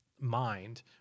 mind